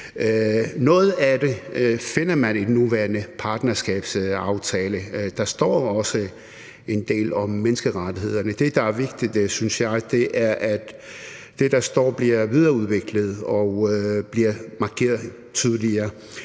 Noget af det finder man i den nuværende partnerskabsaftale, hvor der også står en del om menneskerettigheder, men det, som jeg synes er vigtigt, er, at det, der står, bliver videreudviklet og bliver markeret tydeligere.